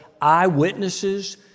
eyewitnesses